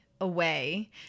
away